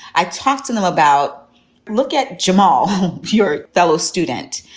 i talked to them about look at jamal, your fellow student,